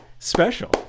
special